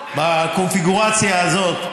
בקונפיגורציה הזאת,